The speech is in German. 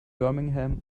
birmingham